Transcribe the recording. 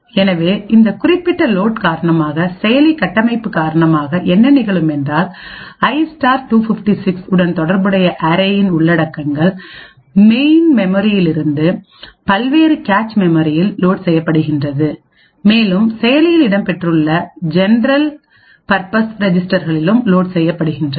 எனவே இந்த குறிப்பிட்ட லோட் காரணமாக செயலி கட்டமைப்பு காரணமாக என்ன நிகழும் என்றால் i 256 உடன் தொடர்புடைய அரேயின் உள்ளடக்கங்கள் மெயில் மெமரியிலிருந்து பல்வேறு கேச் மெமரியில் லோட் செய்யப்படுகின்றது மேலும் செயலியில் இடம்பெற்றுள்ளல் ஜெனரல் பற்பஸ் ரெஜிஸ்டர்களிலும் லோட் செய்யப்படுகின்றது